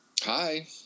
Hi